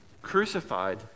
crucified